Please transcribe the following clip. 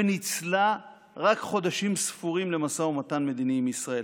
וניצלה רק חודשים ספורים למשא ומתן מדיני עם ישראל.